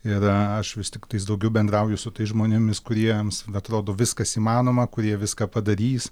yra aš vis tiktais daugiau bendrauju su tais žmonėmis kuriems atrodo viskas įmanoma kurie viską padarys